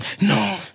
No